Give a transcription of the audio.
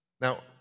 Now